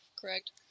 correct